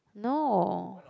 no